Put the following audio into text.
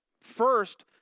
First